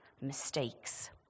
mistakes